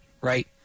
right